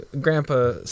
grandpa